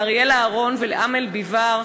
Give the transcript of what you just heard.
לאריאלה אהרון ולאמל ביבאר,